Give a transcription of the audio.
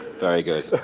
very good.